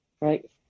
right